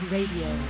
Radio